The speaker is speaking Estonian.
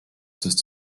sest